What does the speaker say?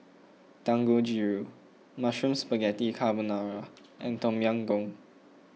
Dangojiru Mushroom Spaghetti Carbonara and Tom Yam Goong